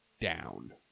down